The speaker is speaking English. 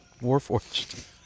Warforged